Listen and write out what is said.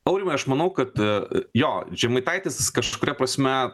aurimai aš manau kad jo žemaitaitis kažkuria prasme